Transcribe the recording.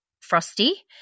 frosty